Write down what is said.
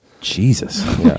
Jesus